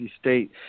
State